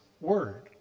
word